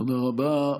תודה רבה.